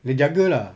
dia jaga lah